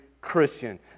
Christian